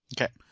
Okay